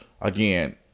again